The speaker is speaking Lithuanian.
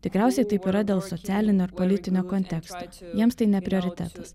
tikriausiai taip yra dėl socialinio ir politinio konteksto jiems tai ne prioritetas